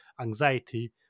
anxiety